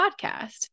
podcast